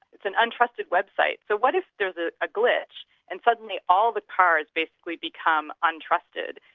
it's an untrusted website. so what if there's a ah glitch and suddenly all the cars basically become untrusted.